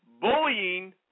bullying